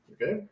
Okay